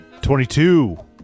22